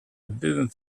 didn’t